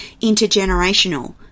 intergenerational